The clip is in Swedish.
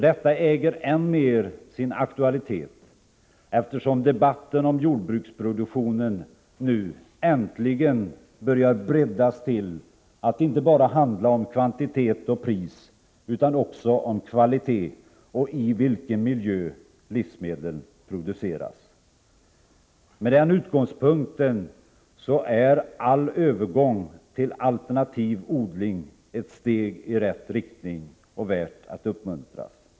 Detta äger än mer sin aktualitet eftersom debatten om jordbruksproduktionen äntligen börjar breddas till att inte bara handla om kvantitet och pris utan också om kvalitet och i vilken miljö livsmedlen produceras. Med den utgångspunkten är all övergång till alternativ odling ett steg i rätt riktning och väl värd att uppmuntras.